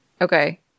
Okay